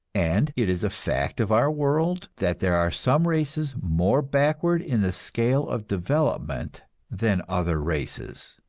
and it is a fact of our world that there are some races more backward in the scale of development than other races.